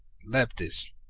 leptis,